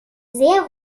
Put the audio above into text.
sehr